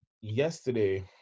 yesterday